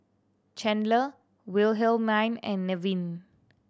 Chandler Wilhelmine and Nevin